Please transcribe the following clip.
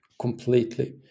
completely